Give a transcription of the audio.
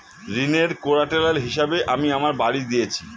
ঋনের কোল্যাটেরাল হিসেবে আমি আমার বাড়ি দিয়েছি